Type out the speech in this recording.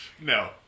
No